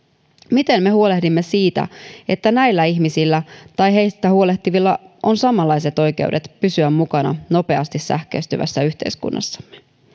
miten me huolehdimme siitä että näillä ihmisillä tai heistä huolehtivilla on samanlaiset oikeudet pysyä mukana nopeasti sähköistyvässä yhteiskunnassamme